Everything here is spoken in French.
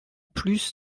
plus